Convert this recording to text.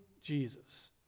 Jesus